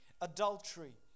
Adultery